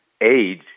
age